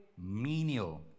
menial